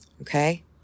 Okay